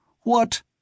What